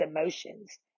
emotions